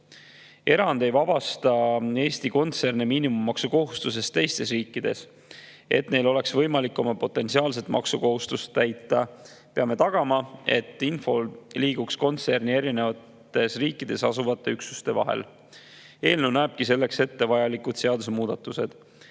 Erand ei vabasta Eesti kontserne miinimummaksu kohustusest teistes riikides. Et neil oleks võimalik oma potentsiaalset maksukohustust täita, peame tagama, et info liiguks kontserni erinevates riikides asuvate üksuste vahel. Eelnõu näebki selleks ette vajalikud seadusemuudatused.